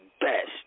Best